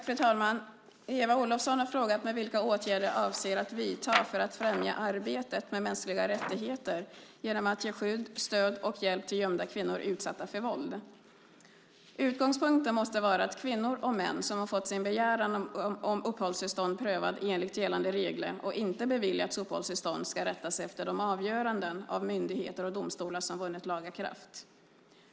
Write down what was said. Fru talman! Eva Olofsson har frågat mig vilka åtgärder jag avser att vidta för att främja arbetet med mänskliga rättigheter genom att ge skydd, stöd och hjälp till gömda kvinnor utsatta för våld. Utgångspunkten måste vara att kvinnor och män som har fått sin begäran om uppehållstillstånd prövad enligt gällande regler och inte beviljats uppehållstillstånd ska rätta sig efter de avgöranden av myndigheter och domstolar som vunnit laga kraft.